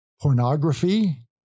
pornography